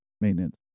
maintenance